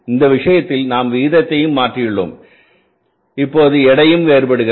இந்த விஷயத்தில் நாம் விகிதத்தையும் மாற்றியுள்ளோம் இப்போது எடையும் வேறுபடுகிறது